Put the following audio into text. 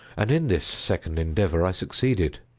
and in this second endeavor i succeeded.